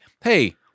hey-